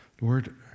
Lord